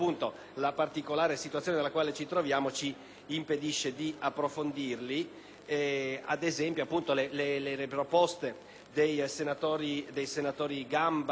ad esempio, le proposte dei senatori Gamba ed altri, Contini ed altri, che volevano rendere definitiva questa disciplina